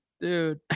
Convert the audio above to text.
Dude